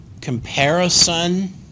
comparison